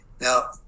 now